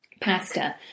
pasta